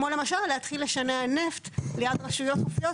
כמו למשל להתחיל לשנע נפט ליד רשויות חופיות,